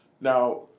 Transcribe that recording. Now